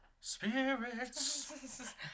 spirits